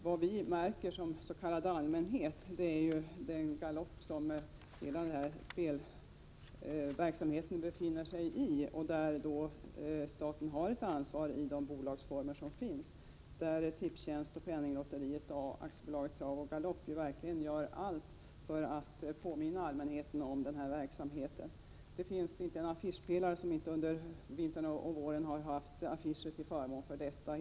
Vad vi i den s.k. allmänheten märker är den galopp som hela den här spelverksamheten befinner sig i. Och staten har ett ansvar som ägare till de statliga spelbolagen. Tipstjänst, Penninglotteriet och AB Trav och galopp gör ju verkligen allt för att påminna allmänheten om sin verksamhet. Det finns inte en affischpelare som under vintern och våren inte haft affischer till förmån för denna spelverksamhet.